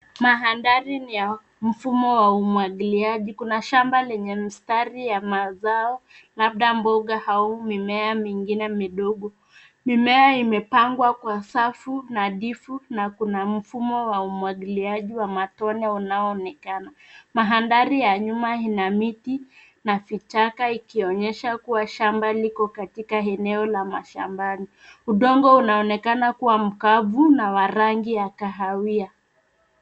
Mandhari ni ya mfumo wa umuagiliaji. Kuna shamba lenye mistari ya mazao labda mboga au mimea mengine midogo. Mimea imepangwa kwa safu nadhifu na kuna mfumo wa umuagiliaji wa matone unaonekana. Mandhari ya nyuma ina miti na vichaka ikionyesha kuwa shamba liko katika eneo la mashambani. Udongo unaonekana kuwa mkavu na wa rangi ya kahawia.